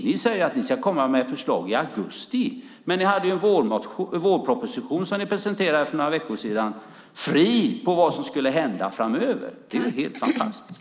Ni säger att ni ska komma med förslag i augusti, men ni hade en vårproposition som ni presenterade för några veckor sedan som var fri på vad som skulle hända framöver. Det är helt fantastiskt!